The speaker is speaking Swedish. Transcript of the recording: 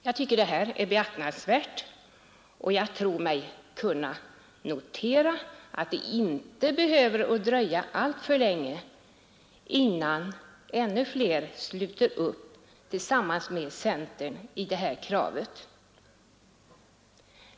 Jag tycker att det här är beaktansvärt, och jag tror mig kunna förutspå att det inte behöver dröja alltför länge innan ännu fler sluter upp tillsammans med centern i det här kravet.